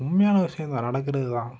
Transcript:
உண்மையான விஷயந்தான் நடக்கிறதுதான்